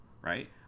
Right